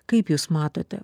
kaip jūs matote